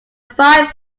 five